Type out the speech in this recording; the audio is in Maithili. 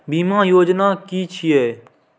बीमा योजना कि छिऐ?